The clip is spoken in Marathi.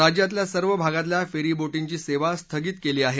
राज्यातल्या सर्व भागातल्या फेरीबोटींची सेवा स्थगित करण्यात आली आहे